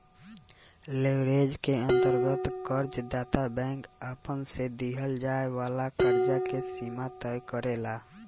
leverage के अंतर्गत कर्ज दाता बैंक आपना से दीहल जाए वाला कर्ज के सीमा तय करेला